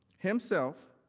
himself,